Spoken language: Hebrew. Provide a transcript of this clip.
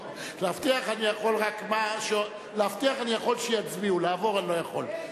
להבטיח אני יכול שיצביעו, לעבור, אני לא יכול.